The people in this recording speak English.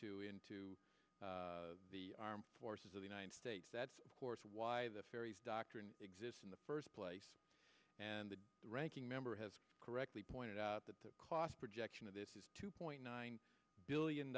to into the armed forces of the united states that supports why the ferries doctrine exists in the first place and the ranking member has correctly pointed out that the cost projection of this is two point nine billion